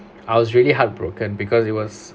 I was really heartbroken because it was